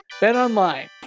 BetOnline